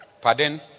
Pardon